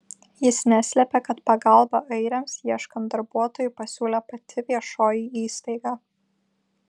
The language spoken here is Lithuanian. jis neslėpė kad pagalbą airiams ieškant darbuotojų pasiūlė pati viešoji įstaiga